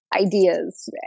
ideas